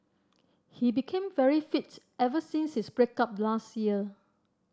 he became very fits ever since his break up last year